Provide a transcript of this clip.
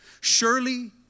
surely